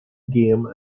game